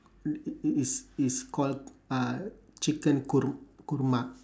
is is called uh chicken kor~ korma